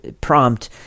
prompt